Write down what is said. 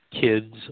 kids